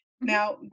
Now